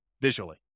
visually